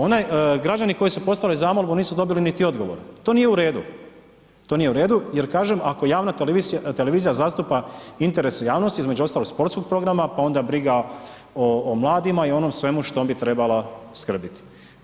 Onaj, građani koji su postavili zamolbu nisu dobili niti odgovor, to nije u redu, to nije u redu jer kažem ako javna televizija zastupa interese javnosti između ostalog i sportskog programa, pa ona briga o mladima i o onom svemu što bi trebala skrbiti.